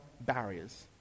barriers